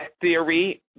Theory